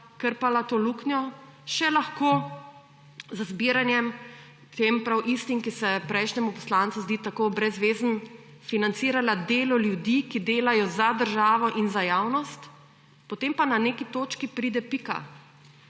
krpala to luknjo, še lahko z zbiranjem tem prav istim, ki se prejšnjemu poslancu zdi tako brez vezen, financirala delo ljudi, ki delajo za državo in za javnost, potem pa na neki točki pride pika.